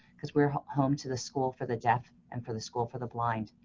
because we're home to the school for the deaf and for the school for the blind.